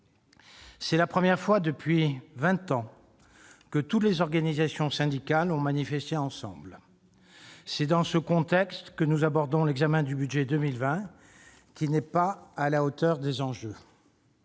c'est la première fois depuis vingt ans que toutes les organisations syndicales ont manifesté ensemble. C'est dans ce contexte que nous abordons l'examen du budget 2020, qui n'est pas à la hauteur des enjeux.